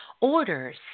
orders